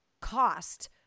cost